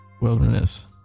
Wilderness